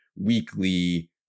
weekly